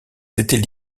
étaient